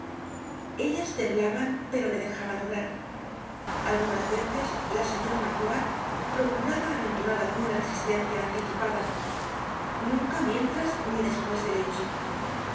ellas temblaban pero le dejaban obrar algunas veces la señora magloire procuraba aventurar alguna resistencia anticipada nunca mientras ni despues del hecho